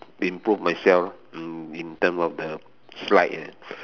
improve myself mm in terms of the slides eh